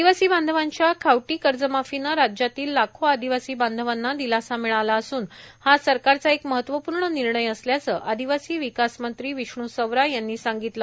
आदिवासी बांधवांच्या खावटी कर्जमाफीनं राज्यातील लाखो आदिवासी बांधवांना दिलासा मिळाला असून हा सरकारचा एक महत्वपूर्ण निर्णय असल्याचं आदिवासी विकास मंत्री विष्णू सवरा यांनी सांगितलं